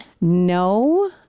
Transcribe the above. no